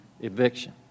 eviction